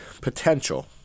potential